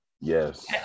Yes